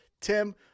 Tim